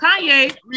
Kanye